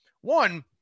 One